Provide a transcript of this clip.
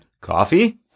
Coffee